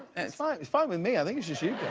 it's fine, it's fine with me. i mean